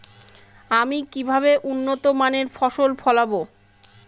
আমি কিভাবে উন্নত মানের ফসল ফলাবো?